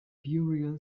burial